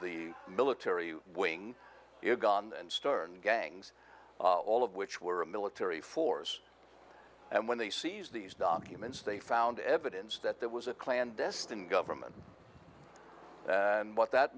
the military wing uganda and stern gangs all of which were a military force and when they seized these documents they found evidence that there was a clandestine government and what that